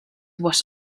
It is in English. was